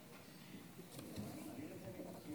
אין